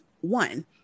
one